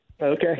Okay